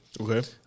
Okay